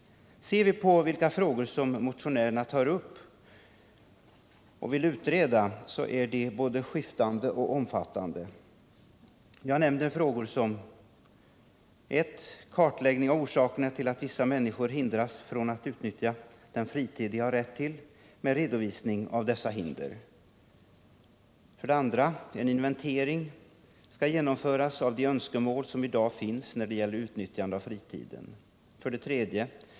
Ser vi på vilka frågor som motionärerna tar upp och vill utreda finner vi att de är både skiftande och omfattande. Jag nämner några: 1. Kartläggning av orsakerna till att vissa människor hindras från att utnyttja den fritid de har rätt till och redovisning av dessa hinder. 2. Genomförandet av en inventering av de önskemål som i dag finns när det gäller utnyttjande av fritiden. 3.